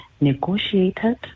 negotiated